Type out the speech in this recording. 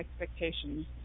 expectations